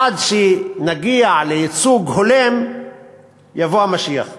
עד שנגיע לייצוג הולם יבוא המשיח,